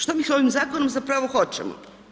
Što mi ovim zakonom zapravo hoćemo?